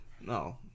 No